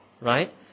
right